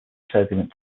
turbulent